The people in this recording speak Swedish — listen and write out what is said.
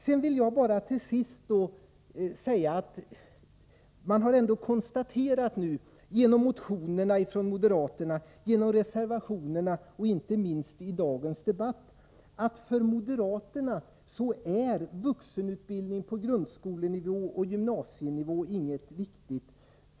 Genom moderaternas motioner och reservationer och inte minst genom dagens debatt har vi kunnat konstatera att för moderaterna är vuxenutbildning på grundskolenivå och gymnasienivå ingenting viktigt.